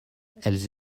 elles